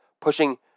pushing